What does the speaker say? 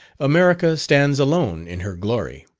america stands alone in her glory.